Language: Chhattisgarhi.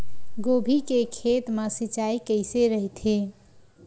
गोभी के खेत मा सिंचाई कइसे रहिथे?